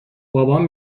بابام